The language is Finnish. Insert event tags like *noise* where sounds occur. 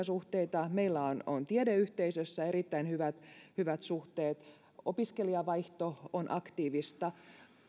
*unintelligible* suhteita ovat kaupalliset suhteet meillä on tiedeyhteisössä erittäin hyvät hyvät suhteet opiskelijavaihto on aktiivista